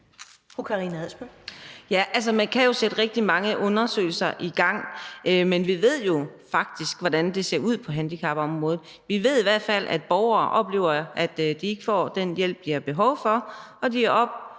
man kan sætte rigtig mange undersøgelser i gang, men vi ved jo faktisk, hvordan det ser ud på handicapområdet. Vi ved i hvert fald, at borgere oplever, at de ikke får den hjælp, de har behov for, og at de